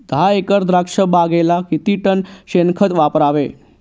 दहा एकर द्राक्षबागेला किती टन शेणखत वापरावे?